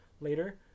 later